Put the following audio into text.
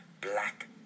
black